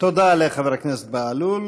תודה לחבר הכנסת בהלול.